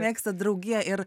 mėgsta draugiją ir